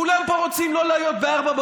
כולם פה לא רוצים להיות ב-04:00,